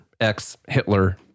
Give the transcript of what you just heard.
ex-Hitler